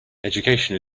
education